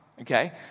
Okay